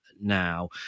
now